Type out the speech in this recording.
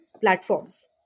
platforms